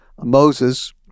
Moses